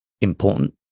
important